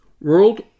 World